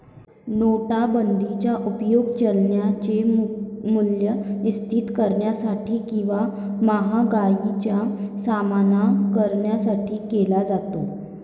नोटाबंदीचा उपयोग चलनाचे मूल्य स्थिर करण्यासाठी किंवा महागाईचा सामना करण्यासाठी केला जातो